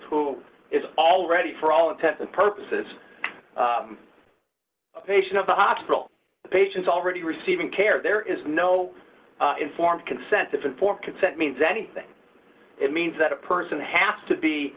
who is already for all intents and purposes a patient of the hospital patients already receiving care there is no informed consent different for consent means anything it means that a person has to be